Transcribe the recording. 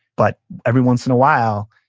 but every once in a while,